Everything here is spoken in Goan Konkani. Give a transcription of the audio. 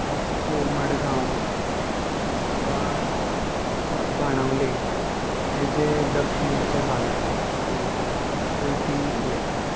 वास्को मडगांव किंवां बाणावले हे जे दक्षिणेचे भाग आसा गोंयचें थंय ती उलयतात